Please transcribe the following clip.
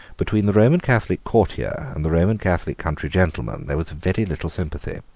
between the roman catholic courtier and the roman catholic country gentleman there was very little sympathy.